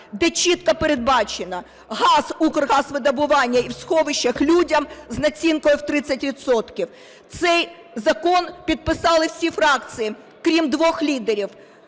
де чітко передбачено: газ "Укргазвидобування" і в сховищах людям з націнкою в 30 відсотків. Цей закон підписали всі фракції, крім двох лідерів: